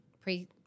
pre